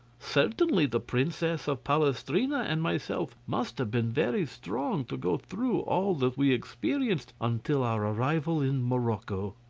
certainly the princess of palestrina and myself must have been very strong to go through all that we experienced until our ah arrival at morocco.